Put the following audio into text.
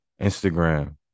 Instagram